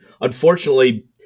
Unfortunately